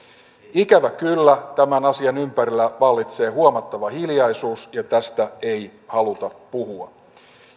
ikävä kyllä tämän asian ympärillä vallitsee huomattava hiljaisuus ja tästä ei haluta puhua